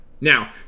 Now